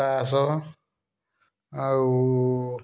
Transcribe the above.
ତାସ୍ ଆଉ